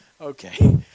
Okay